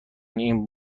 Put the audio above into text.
این